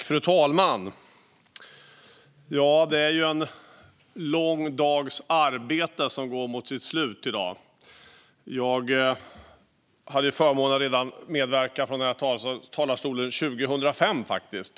Fru talman! Det är en lång tids arbete som går mot sitt slut i dag. Jag hade förmånen att medverka till detta i den här talarstolen redan 2005.